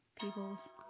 people's